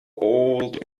old